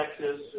Texas